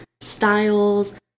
styles